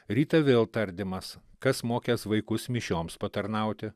rytą vėl tardymas kas mokęs vaikus mišioms patarnauti